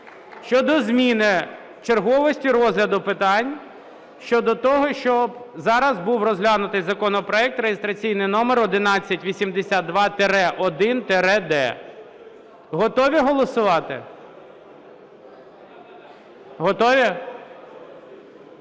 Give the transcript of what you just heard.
щодо зміни черговості розгляду питань щодо того, щоб зараз був розглянутий законопроект (реєстраційний номер 1182-1-д). Готові голосувати? Готові?